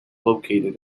located